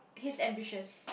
he's ambitious